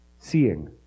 Seeing